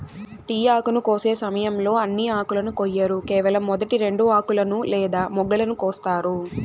tea ఆకును కోసే సమయంలో అన్ని ఆకులను కొయ్యరు కేవలం మొదటి రెండు ఆకులను లేదా మొగ్గలను కోస్తారు